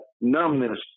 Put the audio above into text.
Numbness